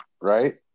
right